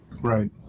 Right